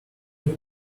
need